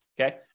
Okay